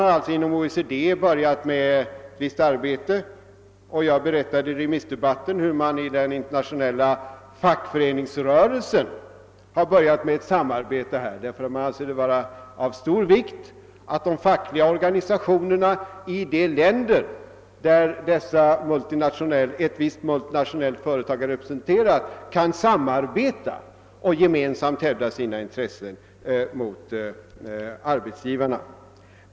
Man har också inom OECD börjat ett visst arbete på detia område. Jag berättade i remissdebatten hur även den internationella fackföreningsrörelsen har inlett ett samarbete om denna sak, eftersom man anser det vara av stor vikt att de fackliga organisationerna i de industriländer där ett visst multinationellt företag är representerat kan samarbeta för att gemensamt hävda sina intressen gentemot arbetsgivaren.